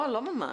לא ממש.